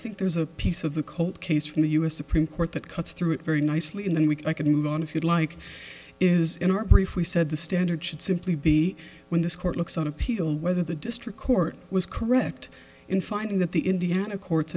think there's a piece of the cold case from the u s supreme court that cuts through very nicely in the week i can move on if you'd like is in our brief we said the standard should simply be when this court looks on appeal and whether the district court was correct in finding that the indiana courts